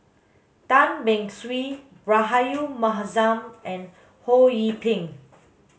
Tan Beng Swee Rahayu Mahzam and Ho Yee Ping